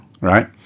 right